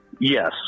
Yes